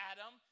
Adam